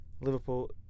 Liverpool